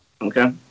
Okay